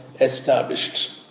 established